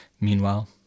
Meanwhile